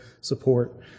support